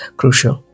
crucial